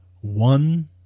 one